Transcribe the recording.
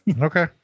Okay